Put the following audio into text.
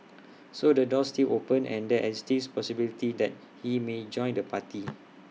so the door's still open and there still is possibility that he may join the party